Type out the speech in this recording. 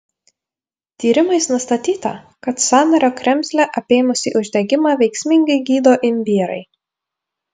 tyrimais nustatyta kad sąnario kremzlę apėmusį uždegimą veiksmingai gydo imbierai